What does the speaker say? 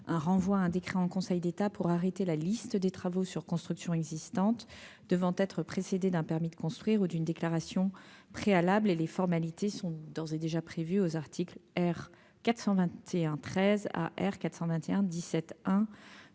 1, renvoie à un décret en Conseil d'État pour arrêter la liste des Travaux sur constructions existantes devant être précédé d'un permis de construire ou d'une déclaration préalable et les formalités sont d'ores et déjà prévues aux articles R 421 13 A R 421 17 1